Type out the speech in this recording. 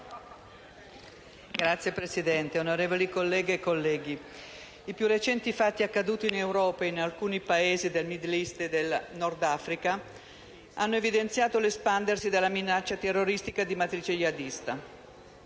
Signora Presidente, onorevoli colleghe e colleghi, i più recenti fatti accaduti in Europa e in alcuni Paesi del Medio Oriente e del Nord Africa hanno evidenziato l'espandersi della minaccia terroristica di matrice jihadista.